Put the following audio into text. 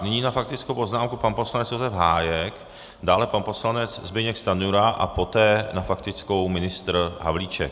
Nyní na faktickou poznámku pan poslanec Josef Hájek, dále pan poslanec Zbyněk Stanjura a poté na faktickou ministr Havlíček.